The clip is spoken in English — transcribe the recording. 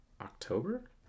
October